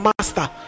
master